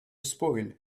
spoil